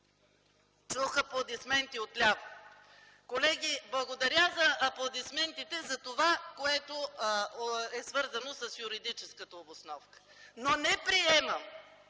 Чух аплодисменти отляво. Колеги, благодаря за аплодисментите, за това, което е свързано с юридическата обосновка. Не приемам